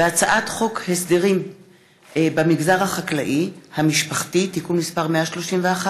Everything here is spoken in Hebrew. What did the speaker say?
והצעת חוק הסדרים במגזר החקלאי המשפחתי (תיקון מס' 131),